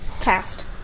Cast